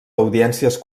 audiències